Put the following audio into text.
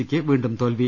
സിക്ക് വീണ്ടും തോൽവി